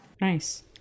Nice